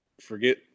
forget